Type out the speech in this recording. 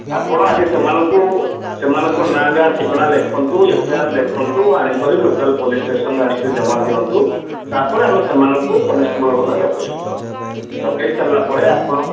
ଆପଣ ଆଗେ ସେମାନଙ୍କୁ ସେମାନଙ୍କ ନାଁ ଗାଁ ଠିକଣା ଲେଖନ୍ତୁ ଏଫ୍ ଆଇ ଆର୍ ଲେଖନ୍ତୁ ଆଣିକରି ଲୋକାଲ୍ ପୋଲସ୍ ଷ୍ଟେସନ୍ରେ ଆଣିକରି ଜମା ଦିଅନ୍ତୁ ତା'ପରେ ଆମେ ସେମାନଙ୍କୁ କନେଷ୍ଟବଲ୍ ଦ୍ଵାରା ଡକାଇବୁ ଡକାଇ ସରିଲା ପରେ ଆପଣ